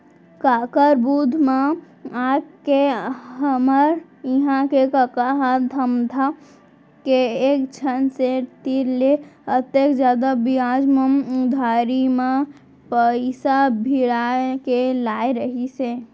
काकर बुध म आके हमर इहां के कका ह धमधा के एकझन सेठ तीर ले अतेक जादा बियाज म उधारी म पइसा भिड़ा के लाय रहिस हे